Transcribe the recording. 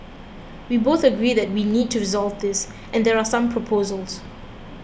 we both agree that we need to resolve this and there are some proposals